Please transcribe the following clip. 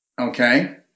okay